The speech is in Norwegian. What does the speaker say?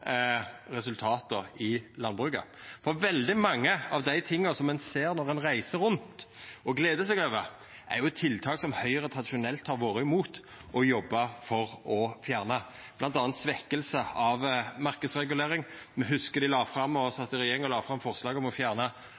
resultata i landbruket. Veldig mange av dei tinga ein ser og gler seg over når ein reiser rundt, er tiltak som Høgre tradisjonelt har vore imot og jobba for å fjerna, bl.a. svekking av marknadsregulering. Me hugsar at dei sat i regjering og la fram forslag om å